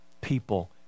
people